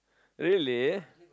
really